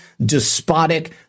despotic